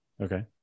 okay